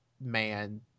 man